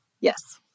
yes